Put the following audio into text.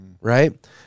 Right